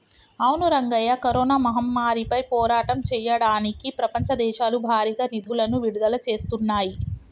అవును రంగయ్య కరోనా మహమ్మారిపై పోరాటం చేయడానికి ప్రపంచ దేశాలు భారీగా నిధులను విడుదల చేస్తున్నాయి